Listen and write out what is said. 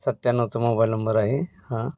सत्त्याण्णवचा mobile number आहे हां